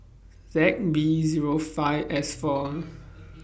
Z B Zero five S four